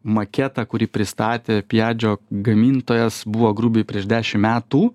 maketą kurį pristatė pijadžio gamintojas buvo grubiai prieš dešim metų